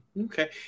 Okay